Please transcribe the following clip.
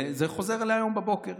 וזה חוזר להיום בבוקר,